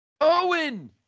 Owen